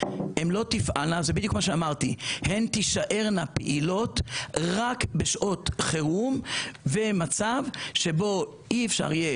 אלא תישארנה פעילות רק בשעות חירום ומצב שבו אי אפשר יהיה